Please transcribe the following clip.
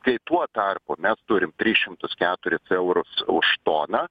tai tuo tarpu mes turim tris šimtus keturis eurus už toną